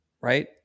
Right